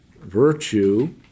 Virtue